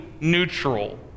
neutral